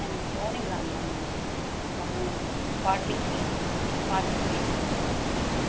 எனக்கு Sony brand தான் ma'am வேணும் அதுதான் வேணும் ஃபார்ட்டி த்ரீ ஃபார்ட்டி த்ரீ ம்